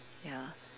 ya